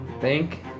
Thank